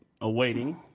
awaiting